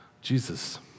Jesus